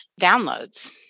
downloads